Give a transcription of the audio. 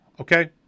Okay